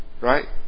Right